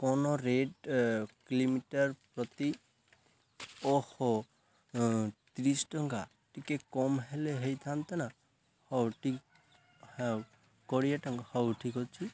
କ'ଣ rate kilometre ପ୍ରତି ଓହୋ ତିରିଶ ଟଙ୍କା ଟିକେ କମ ହେଲେ ହେଇଥାନ୍ତେ ନା ହଉ ଠିକ୍ ହ କୋଡ଼ିଏ ଟଙ୍କା ହଉ ଠିକ ଅଛି